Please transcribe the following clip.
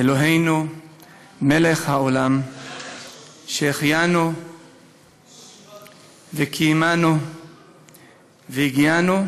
אלוהינו מלך העולם שהחיינו וקיימנו והגיענו